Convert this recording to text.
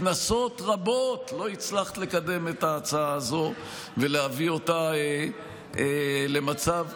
כנסות רבות שלא הצלחת לקדם את ההצעה הזו ולהביא אותה לידי גמר.